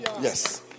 Yes